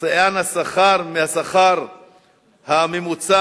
שכר שיאן השכר מהשכר הממוצע,